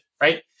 right